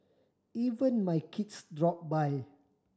even my kids drop by